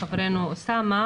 חברנו אוסאמה,